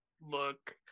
look